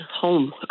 home